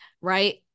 right